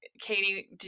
Katie